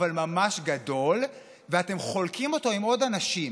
אבל ממש גדול, ואתם חולקים אותו עם עוד אנשים.